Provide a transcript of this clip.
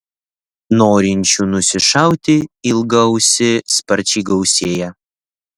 norinčių nusišauti ilgaausį sparčiai gausėja